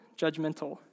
judgmental